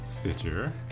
Stitcher